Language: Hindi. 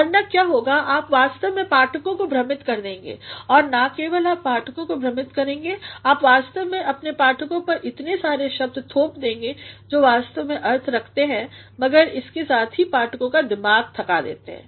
वरना क्या होगा आप वास्तव में पाठकों को भ्रमित कर देंगे और ना केवल आप पाठकों को भ्रमित करेंगे आप वास्तव में अपने पाठकों पर इतने सारे शब्द थोप देंगे जो वास्तव में अर्थ रखते हैं मगर इसके साथ ही पाठकों का दिमाग थका देते हैं